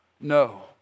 no